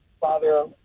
father